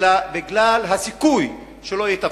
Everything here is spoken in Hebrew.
אלא בגלל הסיכוי שלא ייתפסו.